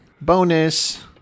Bonus